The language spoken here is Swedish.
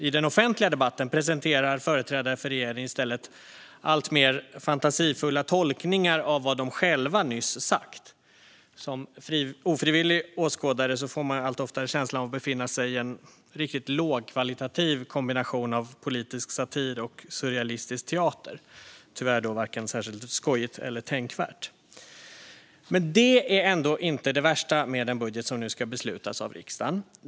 I den offentliga debatten presenterar företrädare för regeringen i stället alltmer fantasifulla tolkningar av vad de själva nyss sagt. Som ofrivillig åskådare får man allt oftare känslan av att befinna sig i en riktigt lågkvalitativ kombination av politisk satir och surrealistisk teater. Det är tyvärr varken särskilt skojigt eller tänkvärt. Detta är ändå inte det värsta med den budget som nu ska beslutas av riksdagen.